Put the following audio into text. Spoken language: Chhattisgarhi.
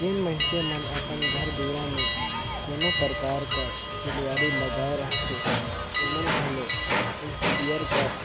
जेन मइनसे मन अपन घर दुरा में कोनो परकार कर फुलवारी लगाए रहथें ओमन घलो इस्पेयर कर